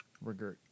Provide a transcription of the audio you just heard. Regret